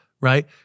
right